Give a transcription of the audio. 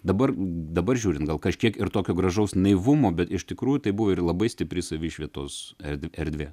dabar dabar žiūrint gal kažkiek ir tokio gražaus naivumo bet iš tikrųjų tai buvo ir labai stipri savišvietos erd erdvė